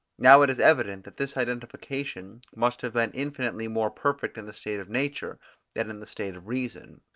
now it is evident that this identification must have been infinitely more perfect in the state of nature than in the state of reason.